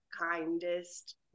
kindest